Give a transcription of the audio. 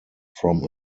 from